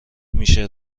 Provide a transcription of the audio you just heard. میشه